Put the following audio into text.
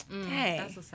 Hey